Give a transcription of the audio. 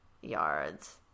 yards